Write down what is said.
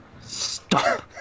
Stop